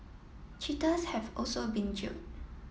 cheaters have also been jailed